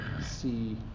see